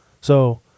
So-